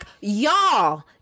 y'all